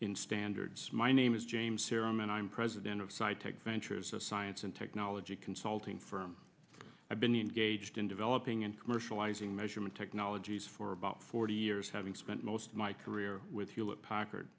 in standards my name is james serum and i'm president of psi take ventures a science and technology consulting firm i've been engaged in developing and commercializing measurement technologies for about forty years having spent most of my career with hewlett packard